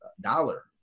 dollar